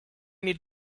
need